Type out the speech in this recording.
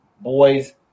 boys